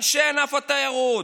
אנשי ענף התיירות,